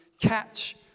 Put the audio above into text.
catch